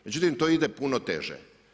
Međutim, to ide puno teže.